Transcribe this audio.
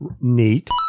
neat